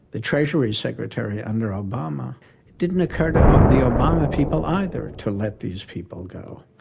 the treasury secretary under obama, it didn't occur to ah the obama people either to let these people go.